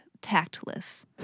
tactless